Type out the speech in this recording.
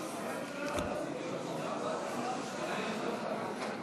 אדוני ראש הממשלה מאחר?